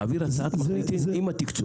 תעביר הצעת מחליטים עם התקצוב.